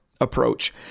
Approach